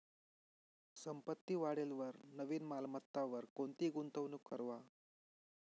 संपत्ती वाढेलवर नवीन मालमत्तावर कोणती गुंतवणूक करवा